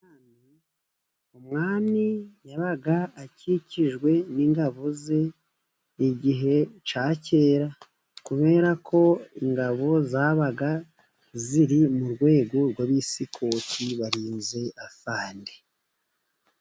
Umwami yabaga akikijwe n'ingabo ze igihe cya kera, kubera ko ingabo zabaga ziri mu rwego rw'abisikoti barinze afande.